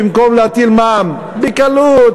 במקום להטיל מע"מ בקלות,